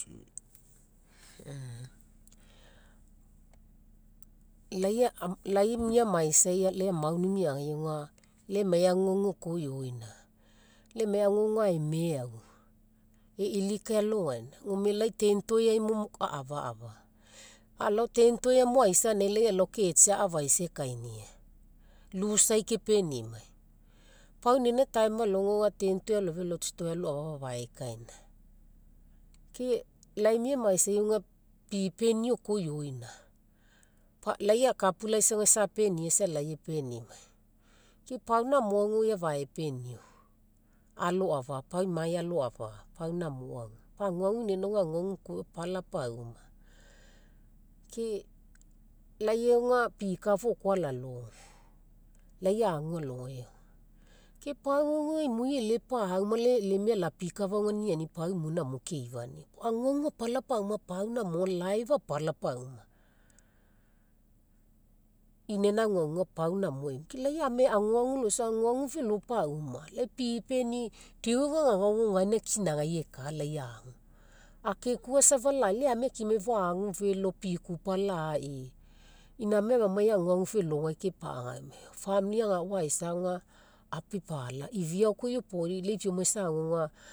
Eehh. Laii miamaisa aga laii amauni miagai aga, laii emai aguagu ok iona. Laii emai aguagu aga ae meau, e'ilikae alogaina. Gome laii ten toae ai mo ah afafa. Alao ten toea mo aisa ganinagai alao ketsi afaisa ekainia. Loose ai kepenimai. Pau inaina time alogai aga ten toea aloafia alo lao tsitoai alo afafa afaekaina. Ke laii miamaisa aga pipeni oko iona, laii akapula isa apenia isa laii epenimai. Ke pau namo aga oi afaepenio, alo afa'a pau imagai alo afa'a pau namo aga. Pagua aui gaina aguagu oko apala pauma. Ke laii aga pikafa oko alalogo, laii agu alogai aga. Ke pau aga imoi e'ele pauma laii e'elemai alapikafa ninianii aga pau namo imoi keifania, aguagu apala pauma pau namo life apala pauma. Inaina aguaguga pau namo aifania, kai laii amia aguagu loisa aguagu felo pauma. Laii pipeni deo ega gagaogo gaina kinagai ekaa laii agu. Akekua safa lai laii amai akimai fou agu felo pikupa lai. Inamai amamai aguagu felogai kepa